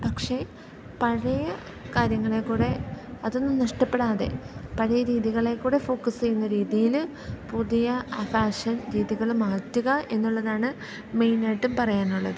പക്ഷെ പഴയ കാര്യങ്ങളെക്കൂടെ അതൊന്നും നഷ്ടപ്പെടാതെ പഴയ രീതികളിൽക്കൂടി ഫോക്കസ് ചെയ്യുന്ന രീതിയിൽ പുതിയ ഫാഷൻ രീതികൾ മാറ്റുക എന്നുള്ളതാണ് മെയിനായിട്ടും പറയാനുള്ളത്